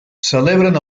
celebren